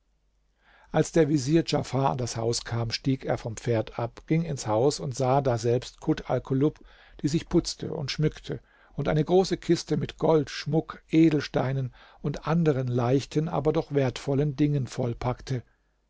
als der vezier djafar an das haus kam stieg er vom pferd ab ging ins haus und sah daselbst kut alkulub die sich putzte und schmückte und eine große kiste mit gold schmuck edelsteinen und anderen leichten aber doch wertvollen dingen